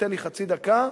תן לי חצי דקה.